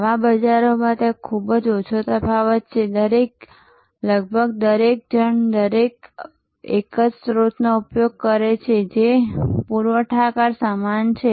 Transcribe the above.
આવા બજારોમાં ત્યાં ખૂબ જ ઓછો તફાવત છે લગભગ દરેક જણ એક જ સ્ત્રોતનો ઉપયોગ કરે છે જે પૂરવઠાકર સમાન છે